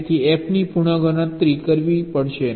તેથી F ની પુનઃ ગણતરી કરવી પડશે